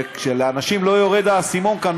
וכשלאנשים לא יורד האסימון כאן,